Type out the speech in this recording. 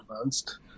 advanced